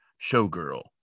showgirl